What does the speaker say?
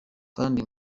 kandi